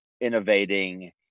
innovating